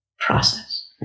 Process